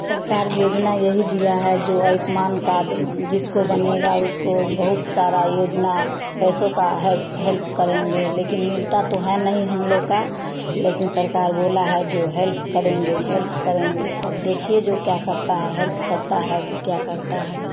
सरकार योजना यही दिया है जो आयुष्मान कार्ड जिसको बनेगा उसको बहुत सारा योजना पैसों का है हेल्प करेंगे लेकिन मिलता तो है नहीं हम लोग का लेकिन सरकार बोला है जो हेल्प करेंगे हेल्प करेंगे अब देखिए जो क्या करता है हेल्प करता है कि क्या करता है